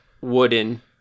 Wooden